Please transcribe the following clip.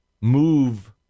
move